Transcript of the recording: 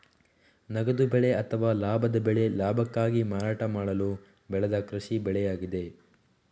ನಗದು ಬೆಳೆ ಅಥವಾ ಲಾಭದ ಬೆಳೆ ಲಾಭಕ್ಕಾಗಿ ಮಾರಾಟ ಮಾಡಲು ಬೆಳೆದ ಕೃಷಿ ಬೆಳೆಯಾಗಿದೆ